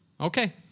Okay